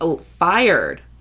fired